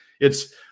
it's-